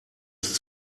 ist